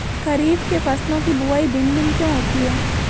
खरीफ के फसलों की बुवाई भिन्न भिन्न क्यों होती है?